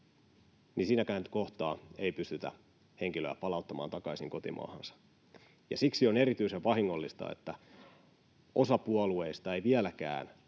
siinäkään kohtaa, ei pystytä henkilöä palauttamaan takaisin kotimaahansa. Siksi on erityisen vahingollista, että osa puolueista ei vieläkään